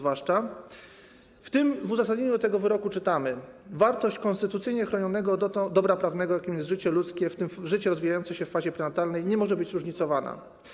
W uzasadnieniu tego wyroku czytamy: Wartość konstytucyjnie chronionego dobra prawnego, jakim jest życie ludzkie, w tym życie rozwijające się w fazie prenatalnej, nie może być różnicowana.